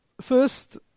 First